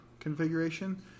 Configuration